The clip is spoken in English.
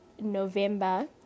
november